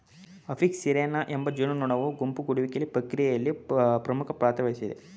Apis ಸೆರಾನಾ ಎಂಬ ಜೇನುನೊಣವು ಗುಂಪು ಗೂಡುವಿಕೆಯ ಪ್ರಕ್ರಿಯೆಯಲ್ಲಿ ಪ್ರಮುಖ ಪಾತ್ರವಹಿಸ್ತದೆ